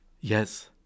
Yes